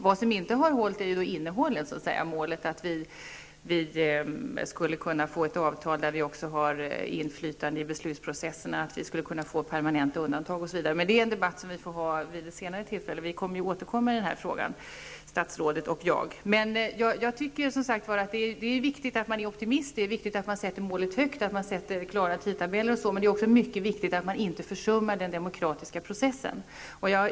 Vad som inte har hållit är innehållet -- målet att vi skulle kunna få ett avtal som innebär att vi också har inflytande i beslutsprocessen, att vi skulle kunna få permanenta undantag, osv. Men det är en debatt som vi får föra vid ett senare tillfälle. Vi kommer att återkomma i den här frågan, statsrådet och jag. Jag tycker som sagt att det är viktigt att man är optimist, att det är viktigt att man sätter målet högt och att man gör klara tidtabeller, men det är också mycket viktigt att man inte försummar den demokratiska processen.